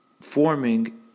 forming